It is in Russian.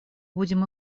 будем